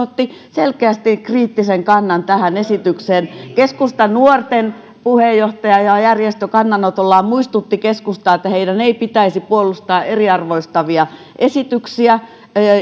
otti selkeästi kriittisen kannan tähän esitykseen keskustanuorten puheenjohtaja ja järjestö kannanotollaan muistuttivat keskustaa että heidän ei pitäisi puolustaa eriarvoistavia esityksiä